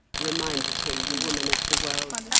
reminded him the woman of the world,